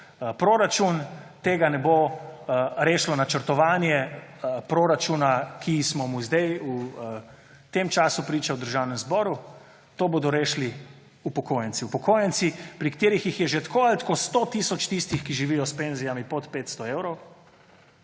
proračun, tega ne bo rešilo načrtovanje proračuna, ki smo mu sedaj v tem času priča v Državnem zboru, to bodo rešili upokojenci. Upokojenci, pri katerih jih je že tako ali tako sto tisoč tistih, ki živijo s penzijami pod 500 evrov,